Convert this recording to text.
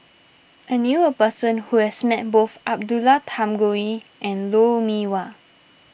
I knew a person who has met both Abdullah Tarmugi and Lou Mee Wah